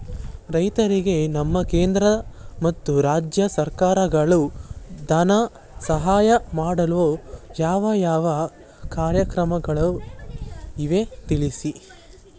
ರೈತರಿಗೆ ನಮ್ಮ ಕೇಂದ್ರ ಮತ್ತು ರಾಜ್ಯ ಸರ್ಕಾರಗಳು ಧನ ಸಹಾಯ ಮಾಡಲು ಯಾವ ಯಾವ ಕಾರ್ಯಕ್ರಮಗಳು ಇವೆ ತಿಳಿಸಿ?